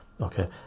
okay